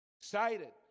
Excited